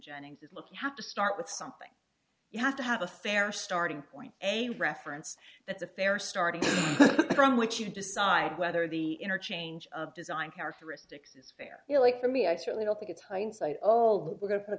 jennings is look you have to start with something you have to have a fair starting point a reference that's a fair starting from which you decide whether the interchange of design characteristics is fair for me i certainly don't think it's hindsight all we're go